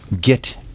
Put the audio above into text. get